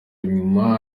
nyuma